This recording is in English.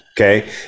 Okay